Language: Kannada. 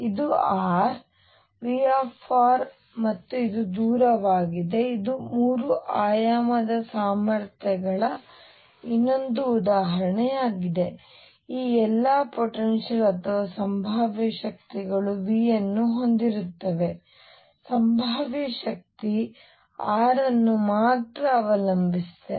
ಇದು r V ಮತ್ತು ಇದು ದೂರವಾಗಿದೆ ಇದು 3 ಆಯಾಮದ ಸಾಮರ್ಥ್ಯಗಳ ಇನ್ನೊಂದು ಉದಾಹರಣೆಯಾಗಿದೆ ಈ ಎಲ್ಲಾ ಪೊಟೆನ್ಷಿಯಲ್ ಅಥವಾ ಸಂಭಾವ್ಯ ಶಕ್ತಿಗಳು V ಅನ್ನು ಹೊಂದಿರುತ್ತವೆ ಸಂಭಾವ್ಯ ಶಕ್ತಿ r ಅನ್ನು ಮಾತ್ರ ಅವಲಂಬಿಸಿದೆ